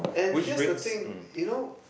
and here's the thing you know